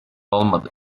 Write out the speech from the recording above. olmadı